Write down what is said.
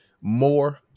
more